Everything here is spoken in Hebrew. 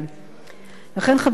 חברי חברי הכנסת,